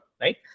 right